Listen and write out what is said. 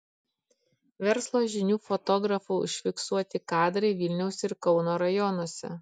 verslo žinių fotografų užfiksuoti kadrai vilniaus ir kauno rajonuose